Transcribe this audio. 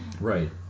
Right